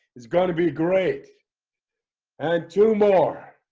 it's going to be great and two more